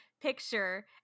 picture